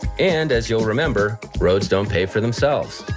and as you'll remember roads don't pay for themselves.